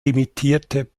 limitierte